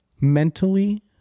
mentally